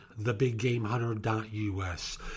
TheBigGameHunter.us